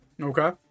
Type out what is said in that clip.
Okay